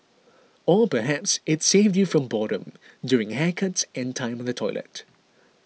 or perhaps it saved you from boredom during haircuts and time on the toilet